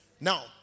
Now